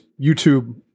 YouTube